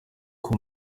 ati